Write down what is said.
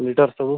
litre ସବୁ